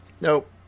Nope